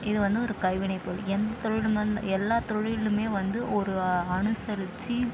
இது வந்து ஒரு கைவினை தொழில் எந்த தொழில் எல்லாம் தொழிலுமே வந்து ஒரு அனுசரித்து